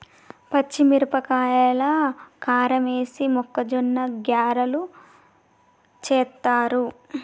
పచ్చిమిరపకాయల కారమేసి మొక్కజొన్న గ్యారలు చేస్తారు